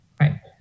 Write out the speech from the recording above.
Right